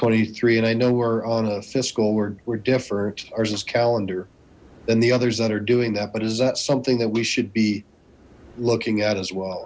twenty three and i know we're on a fiscal we're different ours is calendar then the others that are doing that but is that something that we should be looking at as well